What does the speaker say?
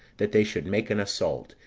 that they should make an assault,